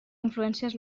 influències